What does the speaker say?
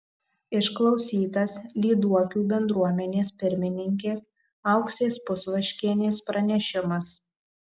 išklausytas lyduokių bendruomenės pirmininkės auksės pusvaškienės pranešimas